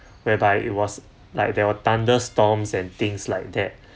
whereby it was like there were thunderstorms and things like that